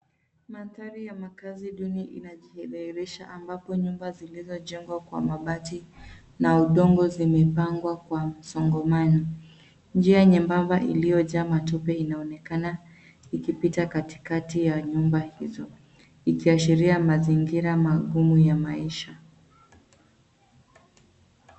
Mandhari ya makazi duni inajidhihirisha amabapo nyumba zilizojengwa kwa mabati na udongo zimepangwa kwa msongamano. Njia nyembamba iliyojaa matope inaonekana ikipita katikati ya nyumba hizo ikiashiria mazingira magumu ya maisha.